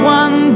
one